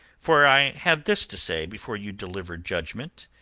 for i have this to say before you deliver judgment.